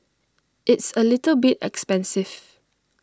it's A little bit expensive